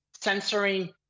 Censoring